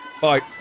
Bye